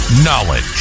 Knowledge